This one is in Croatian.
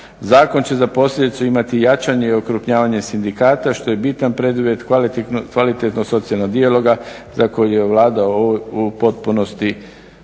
Zakon će za posljedicu imati jačanje i okrupnjavanje sindikata što je bitan preduvjet kvalitetnog socijalnog dijaloga za koji je Vlada u potpunosti